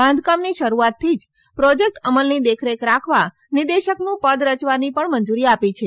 બાંધકામની શરૂઆતથી જ પ્રોજેક્ટ અમલની દેખરેખ રાખવા નિદેશકનું પદ રચવાની પણ મંજરી આપી છે